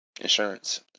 insurance